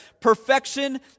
Perfection